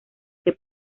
que